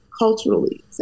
culturally